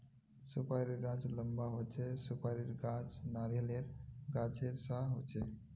सुपारीर गाछ लंबा होचे, सुपारीर गाछ नारियालेर गाछेर सा होचे